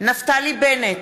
נפתלי בנט,